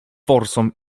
forsą